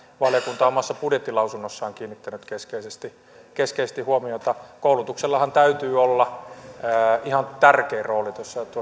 valiokunta on omassa budjettilausunnossaan kiinnittänyt keskeisesti keskeisesti huomiota koulutuksellahan täytyy olla ihan tärkeä rooli